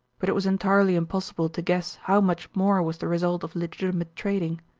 but it was entirely impossible to guess how much more was the result of legitimate trading.